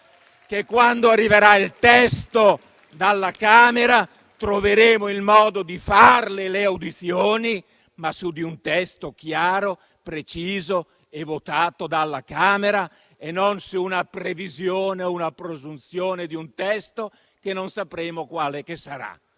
quando arriverà il testo dalla Camera, troveremo il modo di farle, le audizioni, ma su un testo chiaro, preciso e votato dalla Camera e non sulla previsione o sulla presunzione di un testo che non sapremo quale sarà.